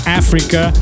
africa